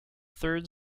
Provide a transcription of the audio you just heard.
third